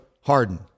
Harden